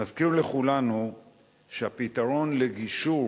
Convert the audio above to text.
מזכיר לכולנו שהפתרון לגישור